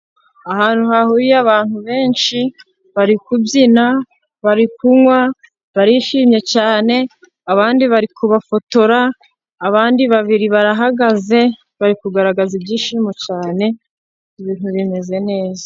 Ahantu hahuriye abantu benshi, bari kubyina , barikunywa ,barishimye cyane ,abandi bari kubafotora abandi babiri barahagaze ,bari kugaragaza ibyishimo cyane, ibintu bimeze neza.